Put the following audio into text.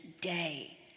day